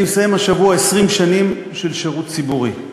אני מסיים השבוע 20 שנים של שירות ציבורי,